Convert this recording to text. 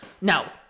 no